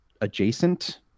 adjacent